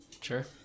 Sure